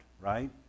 right